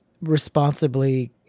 responsibly